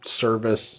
service